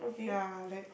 ya like